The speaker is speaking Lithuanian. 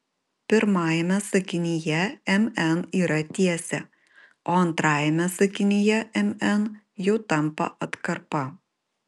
pirmajame sakinyje mn yra tiesė o antrajame sakinyje mn jau tampa atkarpa